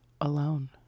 alone